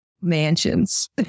mansions